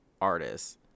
artists